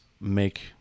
make